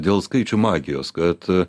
dėl skaičių magijos kad